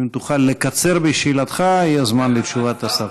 אם תוכל לקצר בשאלתך, יהיה זמן לתשובת השר.